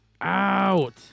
out